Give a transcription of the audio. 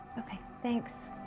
okay. thanks.